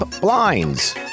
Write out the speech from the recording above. Blinds